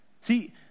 See